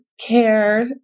care